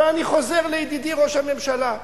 ואני חוזר לידידי ראש הממשלה,